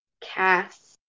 cast